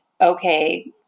okay